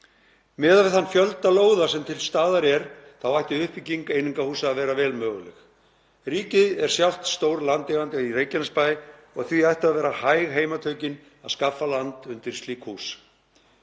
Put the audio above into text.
Miðað við þann fjölda lóða sem til staðar er ætti uppbygging einingahúsa að vera vel möguleg. Ríkið er sjálft stór landeigandi í Reykjanesbæ og því ættu að vera hæg heimatökin að skaffa land undir slík hús.